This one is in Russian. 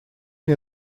мне